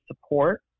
support